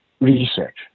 research